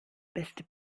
beste